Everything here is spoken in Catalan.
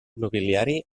nobiliari